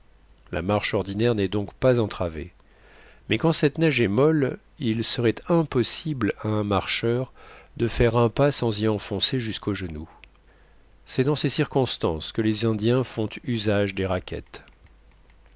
la marche ordinaire n'est donc pas entravée mais quand cette neige est molle il serait impossible à un marcheur de faire un pas sans y enfoncer jusqu'au genou c'est dans ces circonstances que les indiens font usage des raquettes